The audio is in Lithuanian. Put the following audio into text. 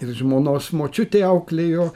ir žmonos močiutė auklėjo